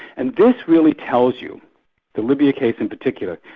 and this really tells you the libya case in particular,